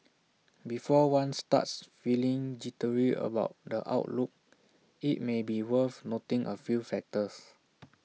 before one starts feeling jittery about the outlook IT may be worth noting A few factors